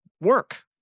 work